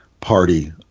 party